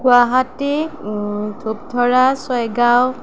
Guwahati Dhupdhara Chaygaon